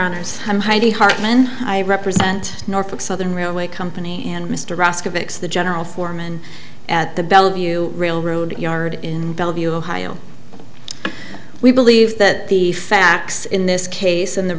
honour's i'm heidi hartman i represent norfolk southern railway company and mr ross to fix the general foreman at the bellevue railroad yard in bellevue ohio we believe that the facts in this case and the